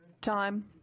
time